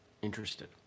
Interested